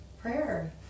prayer